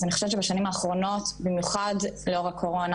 אז אני חושבת שבשנים האחרונות במיוחד לאור הקורונה,